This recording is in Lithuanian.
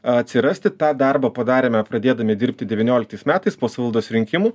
atsirasti tą darbą padarėme pradėdami dirbti devynioliktais metais po savivaldos rinkimų